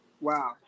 Wow